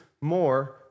more